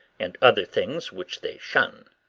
and other things which they shun.